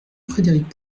frédéric